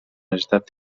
necessitat